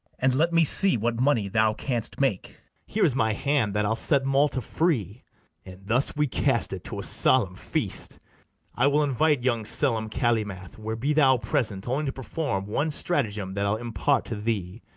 and let me see what money thou canst make here is my hand that i'll set malta free and thus we cast it to a solemn feast i will invite young selim calymath, where be thou present, only to perform one stratagem that i'll impart to thee,